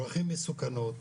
דרכים מסוכנות,